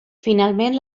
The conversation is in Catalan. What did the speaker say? finalment